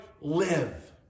live